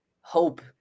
hope